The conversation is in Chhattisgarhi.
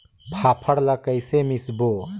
फाफण ला कइसे मिसबो?